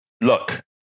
Look